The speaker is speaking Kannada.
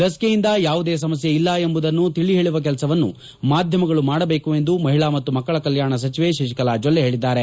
ಲಸಿಕೆಯಿಂದ ಯಾವುದೇ ಸಮಸ್ಯೆ ಇಲ್ಲ ಎಂಬುವುದನ್ನು ತಿಳಿಹೇಳುವ ಕೆಲಸವನ್ನು ಮಾಧ್ಯಮಗಳು ಮಾಡಬೇಕು ಎಂದು ಮಹಿಳಾ ಮತ್ತು ಮಕ್ಕಳ ಕಲ್ಯಾಣ ಸಚಿವೆ ಶಶಿಕಲಾ ಜೊಲ್ಲೆ ಹೇಳಿದ್ದಾರೆ